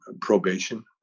probation